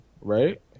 right